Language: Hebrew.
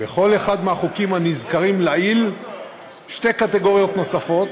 בכל אחד מהחוקים הנזכרים לעיל שתי קטגוריות נוספות,